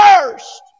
first